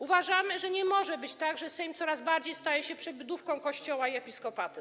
Uważamy, że nie może być tak, że Sejm coraz bardziej staje się przybudówką Kościoła i episkopatu.